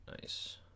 nice